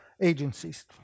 agencies